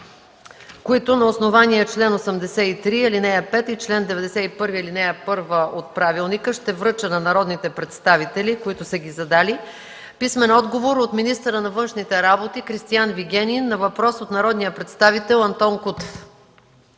които на основание чл. 83, ал. 5 и чл. 91, ал. 1 от правилника ще връча на народните представители, които са ги задали: - от министъра на външните работи Кристиан Вигенин на въпрос от народния представител Антон Кутев;